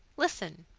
listen.